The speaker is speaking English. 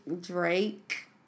Drake